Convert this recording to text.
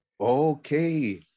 Okay